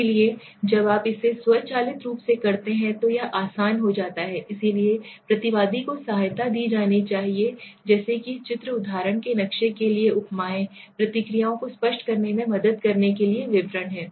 इसलिए जब आप इसे स्वचालित रूप से करते हैं तो यह आसान हो जाता है इसलिए प्रतिवादी को सहायता दी जानी चाहिए जैसे कि चित्र उदाहरण के नक्शे के लिए उपमाएं प्रतिक्रियाओं को स्पष्ट करने में मदद करने के लिए विवरण है